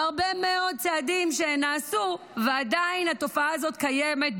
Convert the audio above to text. והרבה מאוד צעדים נעשו ועדיין התופעה הזאת קיימת,